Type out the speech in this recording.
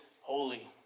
holy